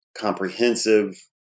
comprehensive